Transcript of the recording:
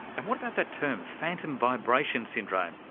and what about that term, phantom vibration syndrome?